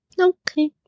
Okay